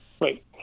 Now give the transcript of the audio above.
Right